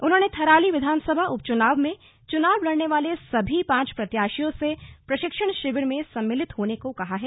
उन्होंने थराली विधानसभा उप निर्वाचन में चुनाव लड़ने वाले सभी पांच प्रत्याशियों से प्रशिक्षण शिविर में सम्मिलित होने को कहा है